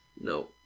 No